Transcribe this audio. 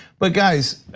but guys,